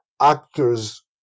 actors